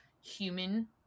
human